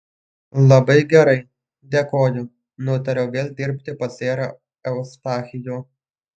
labai gerai dėkoju nutariau vėl dirbti pas serą eustachijų